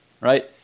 right